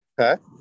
Okay